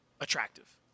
attractive